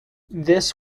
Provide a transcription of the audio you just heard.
this